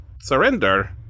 surrender